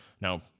Now